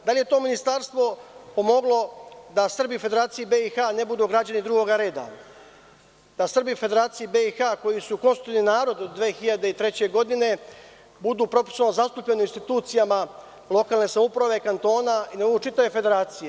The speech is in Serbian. Da li je to ministarstvo pomoglo da Srbi u Federaciji BiH ne budu građani drugoga reda, da Srbi u Federaciji BiH, koji konstitutivni narod od 2003. godine, budu proporcionalno zastupljeni u institucijama lokalne samouprave, kantona i čitave federacije?